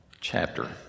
chapter